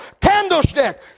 Candlestick